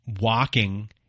walking